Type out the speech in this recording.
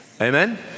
Amen